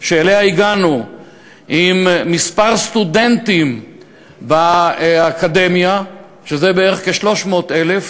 שאליה הגענו עם מספר סטודנטים באקדמיה זה בערך 300,000,